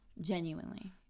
genuinely